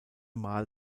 mal